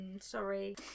sorry